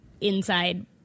inside